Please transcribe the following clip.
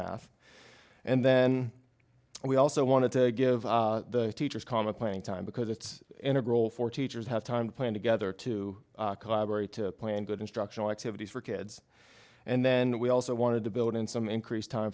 math and then we also wanted to give the teachers comic playing time because it's integral for teachers have time to plan together to collaborate to plan good instructional activities for kids and then we also wanted to build in some increased time